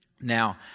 Now